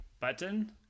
Button